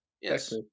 Yes